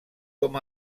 com